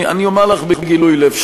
אני אומר לך בגילוי לב,